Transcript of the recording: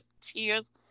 tears